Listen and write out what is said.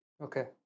Okay